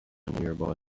nearby